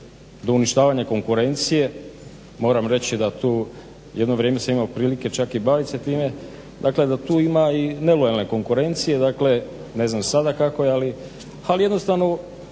do uništavanja konkurencije, moram reći da tu jedno vrijeme sam imao prilike čak i bavit se time, dakle da tu ima i nelojalne konkurencije. Dakle ne znam sada kako je, ali jednostavno